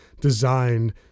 designed